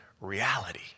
reality